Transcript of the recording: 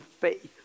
faith